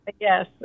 Yes